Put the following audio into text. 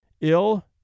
Ill